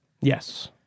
Yes